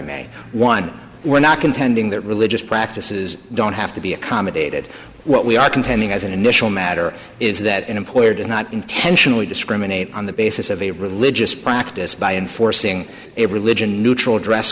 may one were not contending that religious practices don't have to be accommodated what we are contending as an initial matter is that an employer does not intentionally discriminate on the basis of a religious practice by enforcing a religion neutral dress